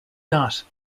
not